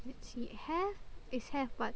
yes let's see have is have but